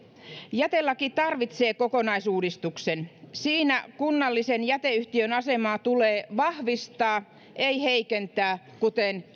jätelaki tarvitsee kokonaisuudistuksen siinä kunnallisen jäteyhtiön asemaa tulee vahvistaa ei heikentää kuten